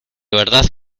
verdad